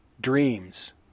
dreams